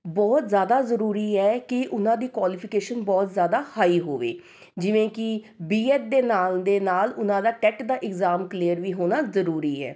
ਬਹੁਤ ਜ਼ਿਆਦਾ ਜ਼ਰੂਰੀ ਹੈ ਕਿ ਉਹਨਾਂ ਦੀ ਕੋਆਲੀਫਿਕੇਸ਼ਨ ਬਹੁਤ ਜ਼ਿਆਦਾ ਹਾਈ ਹੋਵੇ ਜਿਵੇਂ ਕਿ ਬੀ ਐੱਡ ਦੇ ਨਾਲ ਦੇ ਨਾਲ ਉਹਨਾਂ ਦਾ ਟੈੱਟ ਦਾ ਇਗਜ਼ਾਮ ਕਲੀਅਰ ਵੀ ਹੋਣਾ ਜ਼ਰੂਰੀ ਹੈ